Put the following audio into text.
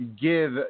give